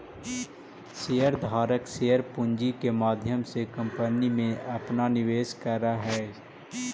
share धारक share पूंजी के माध्यम से कंपनी में अपना निवेश करऽ हई